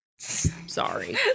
sorry